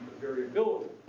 variability